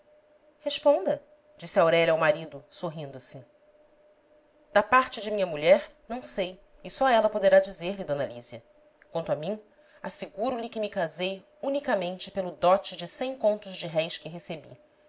responda disse aurélia ao marido sorrindo se da parte de minha mulher não sei e só ela poderá dizer-lhe d lísia quanto a mim asseguro lhe que me casei unicamente pelo dote de cem contos de réis que recebi